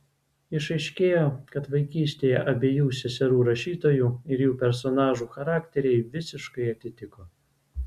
išaiškėjo kad vaikystėje abiejų seserų rašytojų ir jų personažų charakteriai visiškai atitiko